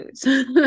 Foods